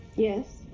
yes?